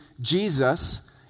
Jesus